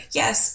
yes